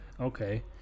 Okay